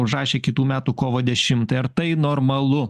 užrašė kitų metų kovo dešimtai ar tai normalu